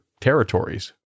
territories